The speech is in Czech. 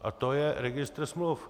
A to je registr smluv.